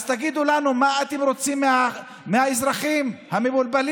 אז תגידו לנו, מה אתם רוצים מהאזרחים המבולבלים?